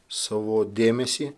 savo dėmesį